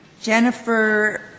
Jennifer